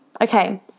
okay